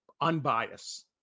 unbiased